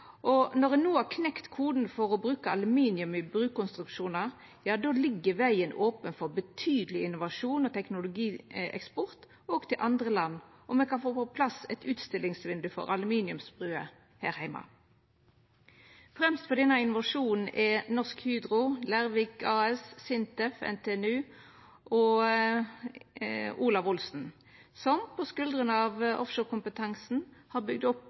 og når ein no har knekt koden for bruk av aluminium i brukonstruksjonar, ligg vegen open for betydeleg innovasjon og teknologieksport òg til andre land, og me kan få på plass eit utstillingsvindauge for aluminiumsbruer her heime. Fremst for denne innovasjonen er Norsk Hydro ASA, Leirvik AS, SINTEF, NTNU og Olav Olsen, som på skuldrene av offshore-kompetansen ein har bygd opp